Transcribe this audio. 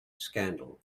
scandal